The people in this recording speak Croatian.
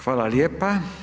Hvala lijepa.